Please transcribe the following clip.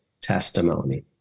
testimony